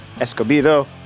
Escobedo